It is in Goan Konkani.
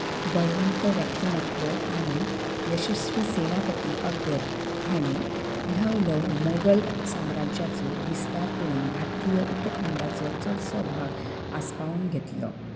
बळवंत व्यक्तीमत्व आनी यशस्वी सेनापती अकबर हाणें ल्हव ल्हव मोगल साम्राज्याचो विस्तार करून भारतीय उपखंडाचो चडसो भाग आसपावून घेतलो